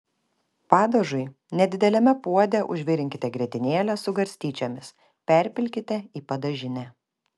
padažui nedideliame puode užvirinkite grietinėlę su garstyčiomis perpilkite į padažinę